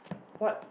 what